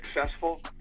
successful